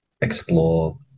explore